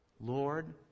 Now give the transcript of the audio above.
Lord